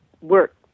work